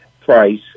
price